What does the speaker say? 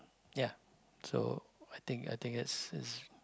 ya so I think I think it's is